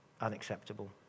unacceptable